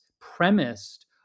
premised